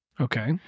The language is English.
Okay